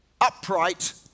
Upright